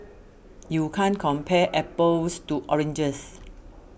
you can't compare apples to oranges